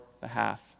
behalf